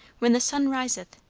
when the sun riseth,